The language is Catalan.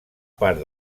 part